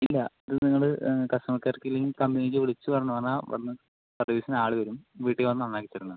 ഇല്ല ഇത് നിങ്ങള് കസ്റ്റമർക്ക് ആർക്കേലും കമ്പനീല് വിളിച്ചു പറഞ്ഞു പറഞ്ഞാൽ വന്ന് സർവീസിന് ആള് വരും വീട്ടിൽ വന്ന് നന്നാക്കി തരുന്നതാണ്